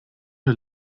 der